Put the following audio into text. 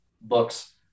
books